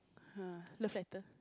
[huh] love letter